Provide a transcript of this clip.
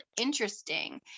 interesting